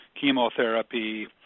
chemotherapy